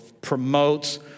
promotes